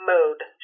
Mode